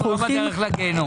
אנחנו לא בדרך לגיהינום.